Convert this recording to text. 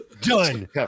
Done